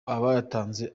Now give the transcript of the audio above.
abayatanze